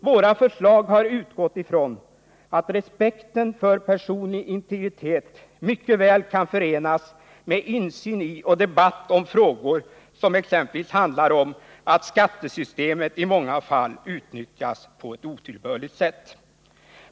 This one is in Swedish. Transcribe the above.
Våra förslag har utgått ifrån att respekten för personlig integritet mycket väl kan förenas med insyn i och debatt om frågor som exempelvis handlar om att skattesystemet i många fall utnyttjas på ett otillbörligt sätt.